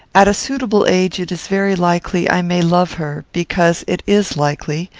at a suitable age it is very likely i may love her, because it is likely,